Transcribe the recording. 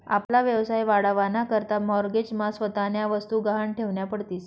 आपला व्यवसाय वाढावा ना करता माॅरगेज मा स्वतःन्या वस्तु गहाण ठेवन्या पडतीस